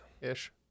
Ish